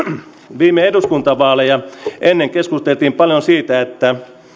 viime eduskuntavaaleja ennen keskusteltiin paljon siitä